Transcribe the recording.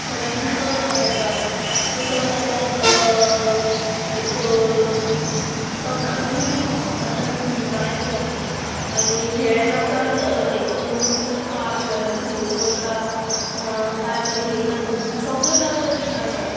ते भायर मुसळ नाच आसा मुसळ नाचांत तो नाचूय बीन आनी तातूंत गितांय बीन आसा आनी ह्या नाचांत एक मनीस आसा तो आश्वेलाचो भेस करता काय बरें हेंय नाचाचें गीत सगळीं नाचाचीं गितां आसा